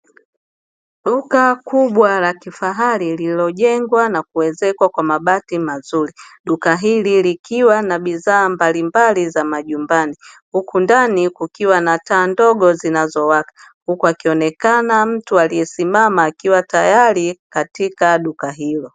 Duka kubwa la kifahari lililojengwa na kuwezekwa kwa mabati mazuri, duka hili likiwa na bidhaa mbalimbali za majumbani huku ndani kukiwa na taa ndogo zinazowaka, huku akionekana mtu aliyesimama akiwa tayari katika duka hilo.